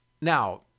Now